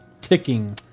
ticking